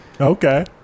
Okay